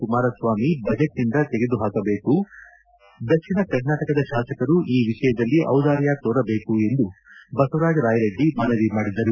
ಕುಮಾರಸ್ವಾಮಿ ಬಜೆಟ್ನಿಂದ ತೆಗೆದುಹಾಕಬೇಕು ದಕ್ಷಿಣ ಕರ್ನಾಟಕದ ಶಾಸಕರು ಈ ವಿಷಯದಲ್ಲಿ ಚಿದಾರ್ಯ ತೋರಬೇಕು ಎಂದು ಬಸವರಾಜ ರಾಯರೆಡ್ಡಿ ಮನವಿ ಮಾಡಿದರು